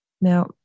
Now